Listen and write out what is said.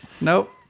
Nope